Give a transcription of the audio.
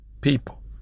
people